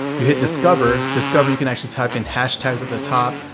you hit discover, discover you can actually type in hashtags at the top,